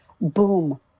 boom